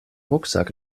rucksack